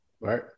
right